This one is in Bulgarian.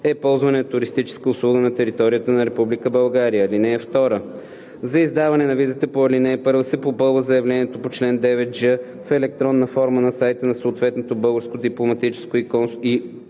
е ползване на туристическа услуга на територията на Република България. (2) За издаване на визата по ал. 1 се попълва заявлението по чл. 9ж в електронна форма на сайта на съответното българско дипломатическо представителство